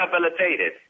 rehabilitated